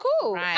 cool